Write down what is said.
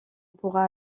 pourra